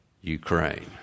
Ukraine